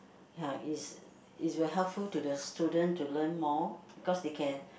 ya is is will helpful to the student to learn more because they can